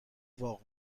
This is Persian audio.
واق